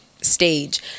stage